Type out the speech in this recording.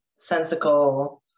sensical